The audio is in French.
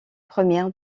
première